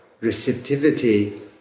receptivity